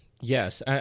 Yes